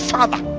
Father